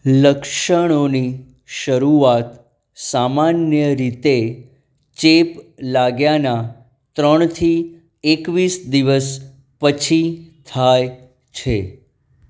લક્ષણોની શરૂઆત સામાન્ય રીતે ચેપ લાગ્યાના ત્રણથી એકવીસ દિવસ પછી થાય છે